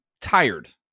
tired